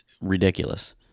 ridiculous